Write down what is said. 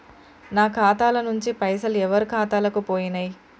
నా ఖాతా ల నుంచి పైసలు ఎవరు ఖాతాలకు పోయినయ్?